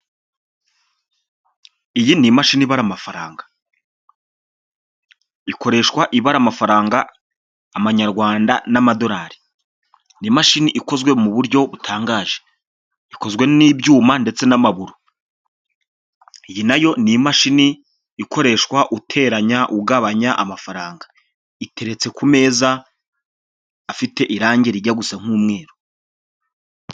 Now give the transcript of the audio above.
Iyi ni imashini ibara mafaranga, ikoreshwa ibara amafaranga amanyarwanda n'amadorari, ni imashini ikozwe mu buryo butangaje, ikozwe n'ibyuma ndetse n'amaburo, iyi nayo ni imashini ikoreshwa uteranya, ugabanya amafaranga, iteretse ku meza afite irange rijya gusa nk'umweru.